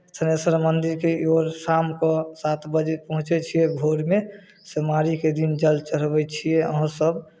थनेश्वर मन्दिरके ओर शामके सात बजे पहुँचै छियै भोरमे सोमवारीके दिन जल चढ़बै छियै अहाँसभ